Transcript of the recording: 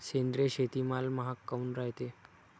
सेंद्रिय शेतीमाल महाग काऊन रायते?